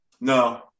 No